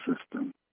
system